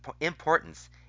importance